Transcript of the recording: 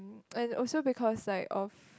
and also because like of